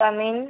come in